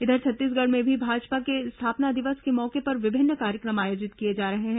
इधर छत्तीसगढ़ में भी भाजपा के स्थापना दिवस के मौके पर विभिन्न कार्यक्रम आयोजित किए जा रहे हैं